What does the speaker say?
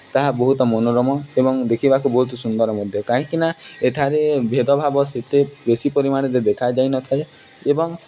ତାହା ବହୁତ ମନୋରମ ଏବଂ ଦେଖିବାକୁ ବହୁତ ସୁନ୍ଦର ମଧ୍ୟ କାହିଁକିନା ଏଠାରେ ଭେଦଭାବ ସେତେ ବେଶୀ ପରିମାଣରେ ଦେଖାଯାଇନଥାଏ ଏବଂ